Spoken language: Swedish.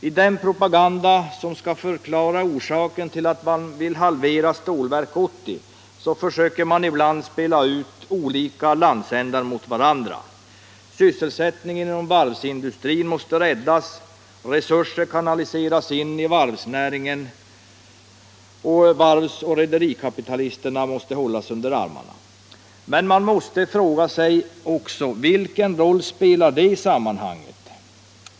I den propaganda som skall förklara orsaken till att man vill halvera Stålverk 80 försöker man ibland spela ut olika landsändar mot varandra. Sysselsättningen inom varvsindustrin måste räddas. Resurser kanaliseras in i varvsnäringen. Varvsoch rederikapitalisterna måste hållas under armarna. Men man måste också fråga sig vilken roll detta spelar i sammanhanget.